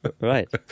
Right